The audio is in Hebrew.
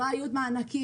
לא היו מענקים,